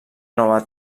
nova